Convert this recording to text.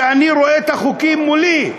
שאני רואה את החוקים מולי?